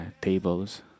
tables